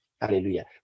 Hallelujah